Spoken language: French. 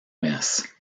messe